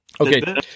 Okay